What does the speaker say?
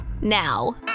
now